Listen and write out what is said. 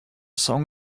song